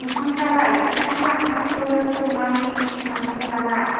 ओंखामफ्रालाय ओंखाम लानानैसो संनानै लांनांगोन नामा